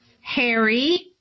Harry